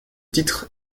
titre